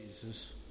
Jesus